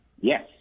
Yes